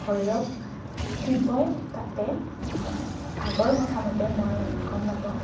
ভৈৰৱ শিৱই তাতে আগৰ কথামতে মই গম নাপাওঁ